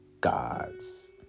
gods